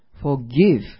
Forgive